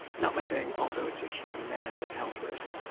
not my thing. also, it's a massive health risk.